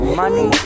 Money